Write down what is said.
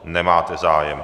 Nemáte zájem.